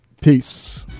Peace